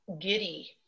giddy